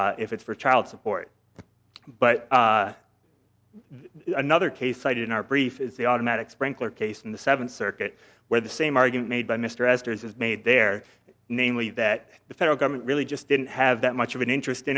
if it's for child support but another case cited in our brief is the automatic sprinkler case in the seventh circuit where the same argument made by mr esther's is made there namely that the federal government really just didn't have that much of an interest